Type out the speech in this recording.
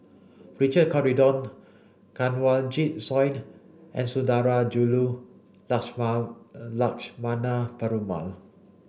Richard Corridon Kanwaljit Soin and Sundarajulu Lakshmana Perumal